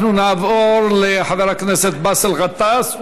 אנחנו נעבור לחבר הכנסת באסל גטאס,